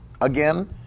Again